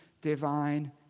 divine